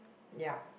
ya